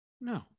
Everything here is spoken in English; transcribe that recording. No